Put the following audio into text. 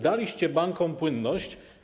Daliście bankom płynność.